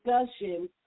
discussion